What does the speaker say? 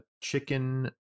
chicken